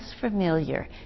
familiar